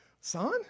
son